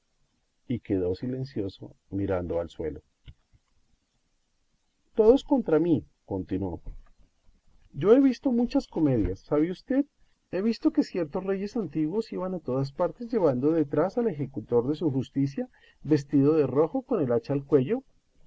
y quedó silencioso mirando al suelo todos contra mí continuó yo he visto muchas comedias sabe usted he visto que ciertos reyes antiguos iban a todas partes llevando detrás al ejecutor de su justicia vestido de rojo con el hacha al cuello